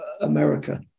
America